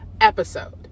episode